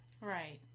Right